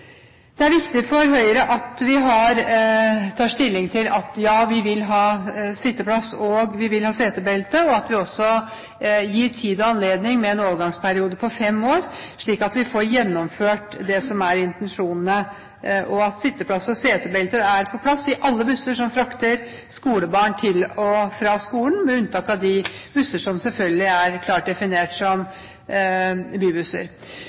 Det er viktig for Høyre at vi tar stilling til at vi vil ha sitteplasser og setebelter, og at vi også gir tid og anledning til en overgangsperiode på fem år, slik at vi får gjennomført det som er intensjonene, at sitteplasser og setebelter er på plass i alle busser som frakter skolebarn til og fra skolen, med unntak av de busser som selvfølgelig er klart definert som bybusser.